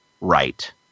right